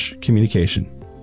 communication